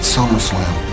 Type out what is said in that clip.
SummerSlam